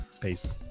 peace